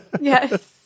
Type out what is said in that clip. Yes